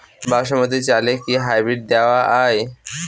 বাসমতী চালে কি হাইব্রিড দেওয়া য়ায়?